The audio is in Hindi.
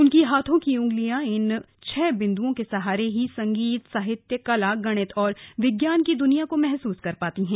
उनकी हाथों की उंगलियां इन छह बिन्दुओं के सहारे से संगीत साहित्य कला गणित विज्ञान की दुनिया को महसूस कर पाते हैं